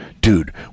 dude